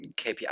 KPI